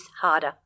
harder